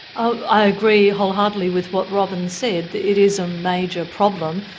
i agree wholeheartedly with what robyn said. it is a major problem,